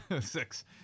Six